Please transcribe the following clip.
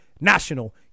national